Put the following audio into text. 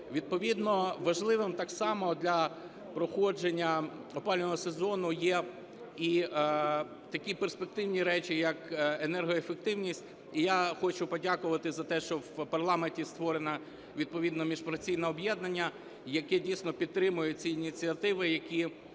Відповідно важливим так само для проходження опалювального сезону є і такі перспективні речі, як енергоефективність. Я хочу подякувати за те, що в парламенті створено відповідне міжфракційне об'єднання, яке, дійсно, підтримує ці ініціативи, які є